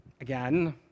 again